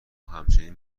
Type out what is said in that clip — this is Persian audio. همچنین